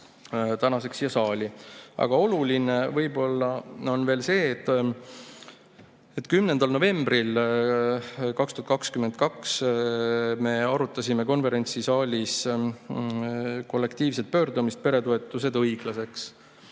tänaseks siia saali. Aga oluline on võib-olla veel see, et 10. novembril 2022 me arutasime konverentsisaalis kollektiivset pöördumist "Peretoetused õiglaseks!".